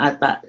Ata